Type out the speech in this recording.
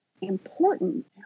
important